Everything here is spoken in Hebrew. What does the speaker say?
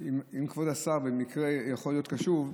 אם כבוד השר במקרה יכול להיות קשוב.